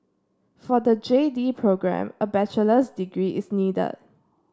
for the J D programme a bachelor's degree is needed